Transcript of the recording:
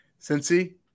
Cincy